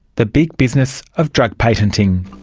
the big business of drug patenting.